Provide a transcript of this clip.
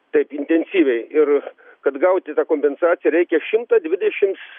taip intensyviai ir kad gauti tą kompensaciją reikia šimtą dvidešims